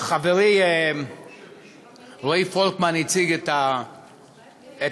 חברי רועי פולקמן הציג את החוק,